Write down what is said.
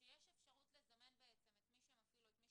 שיש אפשרות לזמן את מי שמפעיל או את מי